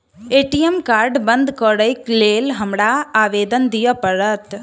ATM card बंद करैक लेल हमरा आवेदन दिय पड़त?